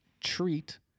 treat